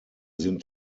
sind